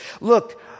Look